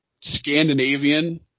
Scandinavian